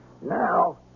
Now